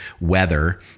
weather